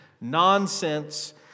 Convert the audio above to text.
nonsense